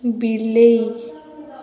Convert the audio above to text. ବିଲେଇ